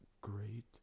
great